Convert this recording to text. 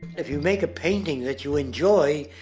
if you make a painting, that you enjoy,